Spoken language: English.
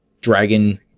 dragon